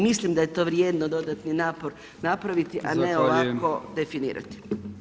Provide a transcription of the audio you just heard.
Mislim da je to vrijedno dodatni napor napraviti, a ne ovako definirati.